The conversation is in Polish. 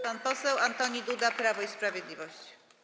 Pan poseł Antoni Duda, Prawo i Sprawiedliwość.